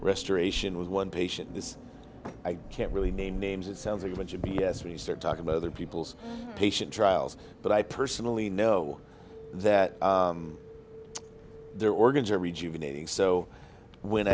restoration was one patient this i can't really name names it sounds like a bunch of b s when you start talking about other people's patient trials but i personally know that their organs are rejuvenating so when